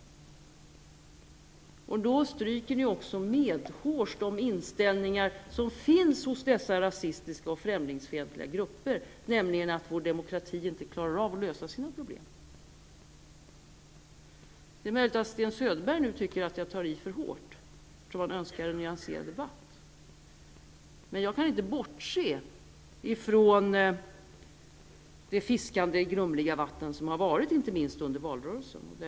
Då stryker ni dessa rasistiska och främlingsfientliga grupper medhårs när det gäller deras inställning att vår demokrati inte klarar av att lösa sina problem. Det är möjligt att Sten Söderberg tycker att jag tar i för hårt nu, eftersom han önskar en nyanserad debatt, men jag kan inte bortse ifrån det fiskande i grumliga vatten som har varit, inte minst under valrörelsen.